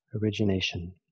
origination